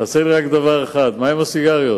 חסר לי רק דבר אחד, מה עם הסיגריות?